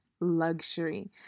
luxury